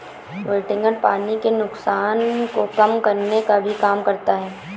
wilting पानी के नुकसान को कम करने का भी काम करता है